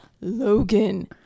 Logan